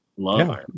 love